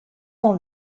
dans